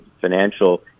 financial